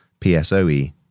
PSOE